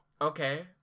Okay